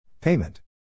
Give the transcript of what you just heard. Payment